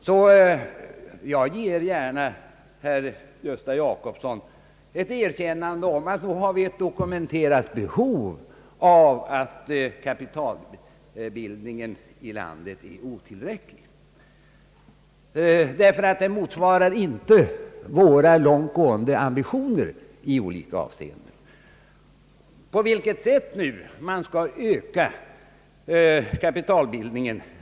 Jag erkänner sålunda gärna att herr Gösta Jacobsson har rätt i att vi fått dokumenterat, att kapitalbildningen i landet är otillräcklig. Den motsvarar inte våra långtgående ambitioner i olika avseenden. På vilket sätt skall man nu öka kapitalbildningen?